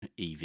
EV